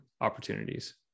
opportunities